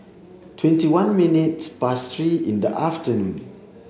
twenty one minutes past three in the afternoon